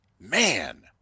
Man